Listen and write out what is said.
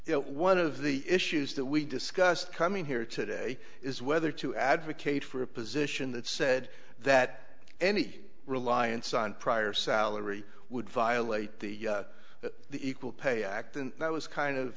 know one of the issues that we discussed coming here today is whether to advocate for a position that said that any reliance on prior salary would violate the equal pay act and that was kind of